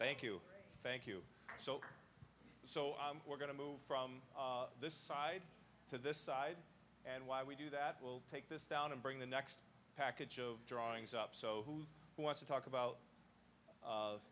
thank you thank you so so we're going to move from this side to this side and why we do that will take this down and bring the next package of drawings up so who wants to talk about of